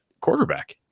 quarterback